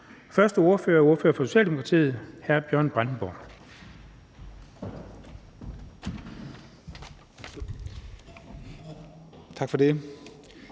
første ordfører er ordføreren for Socialdemokratiet, hr. Bjørn Brandenborg.